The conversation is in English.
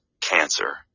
cancer